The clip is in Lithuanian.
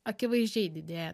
akivaizdžiai didėja